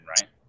right